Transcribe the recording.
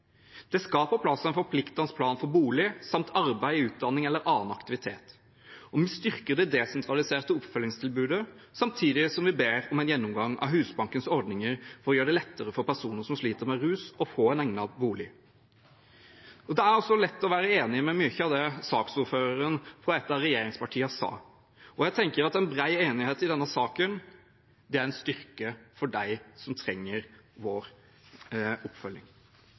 Det skal på plass en forpliktende plan for bolig samt arbeid, utdanning eller annen aktivitet. Vi styrker det desentraliserte oppfølgingstilbudet samtidig som vi ber om en gjennomgang av Husbankens ordninger, for å gjøre det lettere for personer som sliter med rus, å få en egnet bolig. Det er altså lett å være enig i mye av det saksordføreren fra et av regjeringspartiene sa, og jeg tenker at en bred enighet i denne saken er en styrke for dem som trenger vår oppfølging.